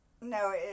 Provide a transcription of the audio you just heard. No